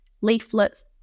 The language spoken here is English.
leaflets